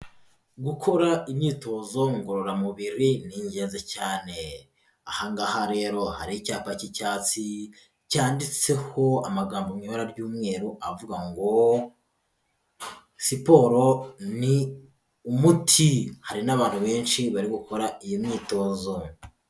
Gukora imyitozo ngororamubiri ni ingenzi cyane, aha ngaha rero hari icyapa cy'icyatsi cyanditseho amagambo mu ibara ry'umweru, avuga ngo siporo ni umuti, hari n'abantu benshi bari gukora iyi myitozo.